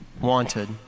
Wanted